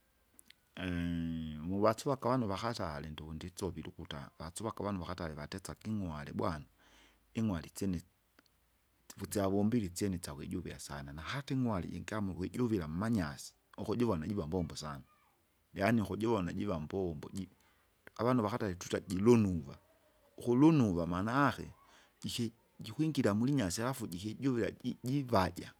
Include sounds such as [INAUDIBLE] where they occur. [HESITATION] uwatsivaka avanu vakatare ndunditsovile ukuta, watsuvaka avanu vakatale vatetsake ing'wale bwana. Ing'wale itsyene, tsivawombile itsyene itsayakujuvila sana, nahati ingwale jingamua ukwijuvila mmanyasi, ukujivona jiva mbombo sana, yaani ukujivona jiva mbombo ji, avanu wakata tuita jilonuva ukulunuva maanake jiki jikwingira mulinyasi alafu jikijuvila ji- jivaja.